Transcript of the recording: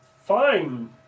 fine